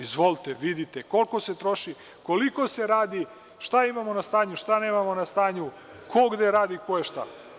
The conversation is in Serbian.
Izvolite, vidite koliko se troši, koliko se radi, šta imamo na stanju, šta nemamo na stanju, ko gde radi i ko je šta.